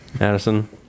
Addison